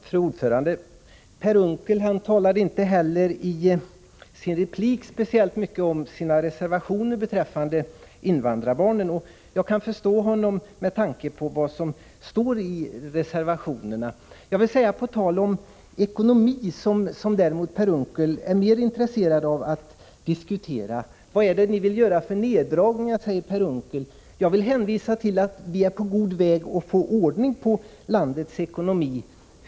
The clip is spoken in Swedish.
Fru talman! Per Unckel talade inte heller i sin replik speciellt mycket om sina reservationer beträffande invandrarbarnen, och jag kan förstå honom med tanke på vad som står i reservationerna. Däremot är Per Unckel mer intresserad av att diskutera ekonomi. Han frågar: Vad är det för neddragningar ni vill göra? Jag vill hänvisa till att vi är på god väg att få ordning på landets ekonomi.